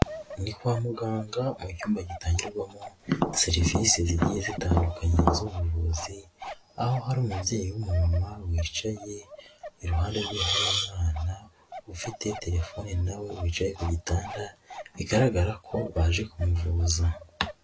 Ni kwa muganga mu cyumba gitangirwamo serivise zigiye zitandukanye z'ubuvuzi aho hari umubyeyi w'umumama wicaye, iruhande rwe hari umwana ufite telefone na we wicaye ku gitanda bigaragara ko baje kumuvuza.